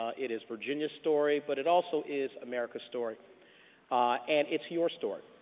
ah it is virginia's story. but it also is america's story and it's your story.